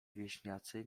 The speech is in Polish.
wieśniacy